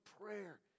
prayer